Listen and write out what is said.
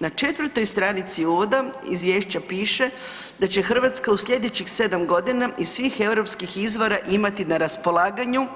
Na četvrtoj stranici uvoda izvješća piše da će Hrvatska u slijedećih 7 godina iz svih europskih izvora imati na raspolaganju